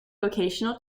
vocational